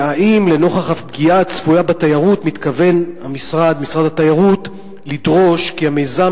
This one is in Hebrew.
האם לנוכח הפגיעה הצפויה בתיירות מתכוון משרד התיירות לדרוש כי המיזם